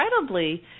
incredibly